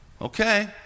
Okay